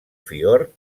fiord